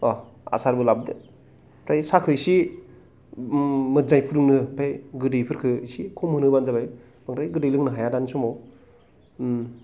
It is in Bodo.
अ आसारबो लाबोदो दायो साहाखौ इसे मोजांयै फुदुंनो हो ओमफ्राय गोदैफोरखौ इसे खम होनो होबानो जाबाय बांद्राय गोदै लोंनो हाया दानि समाव